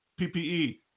PPE